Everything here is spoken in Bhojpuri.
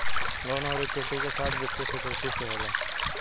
लोन अउर इक्विटी के साथ वित्तीय सिक्योरिटी से होला